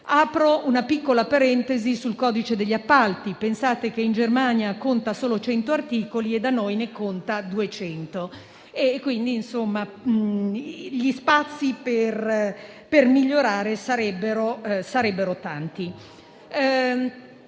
Apro una piccola parentesi sul codice degli appalti: pensate che in Germania conta solo 100 articoli e da noi ne conta 200, per cui gli spazi per migliorare sarebbero tanti.